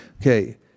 Okay